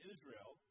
Israel